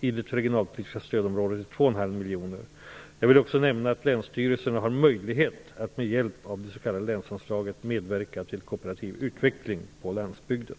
i det regionalpolitiska stödområdet till 2,5 miljoner. Jag vill också nämna att länsstyrelserna har möjlighet att med hjälp av det s.k. länsanslaget medverka till kooperativ utveckling på landsbygden.